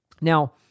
Now